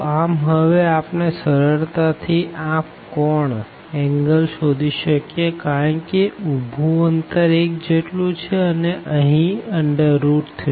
તો આમ હવે આપણે સરળતા થી આ કોણ શોધી શકીએ કારણ કે ઉભું અંતર 1 જેટલું છે અને અહી 3